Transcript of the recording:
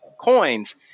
coins